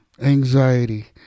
anxiety